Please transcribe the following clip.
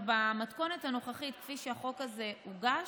במתכונת הנוכחית, כפי שהחוק הזה הוגש,